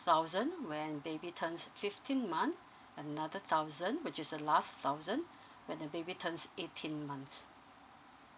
thousand when baby turns fifteen month another thousand which is the last thousand when the baby turns eighteen months